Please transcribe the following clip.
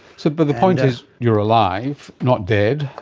so but the point is you're alive, not dead,